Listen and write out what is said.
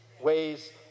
ways